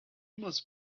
must